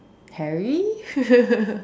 Harry